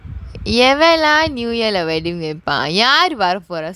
எவன்லாம்:evanlaam new year lah wedding வைப்பான் யார் வரப்போறா சொல்லு:vaippaan yaar varapporaa sollu